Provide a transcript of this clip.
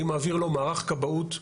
אני מעביר לו מערך כבאות איכותי,